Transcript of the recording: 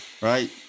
right